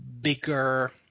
bigger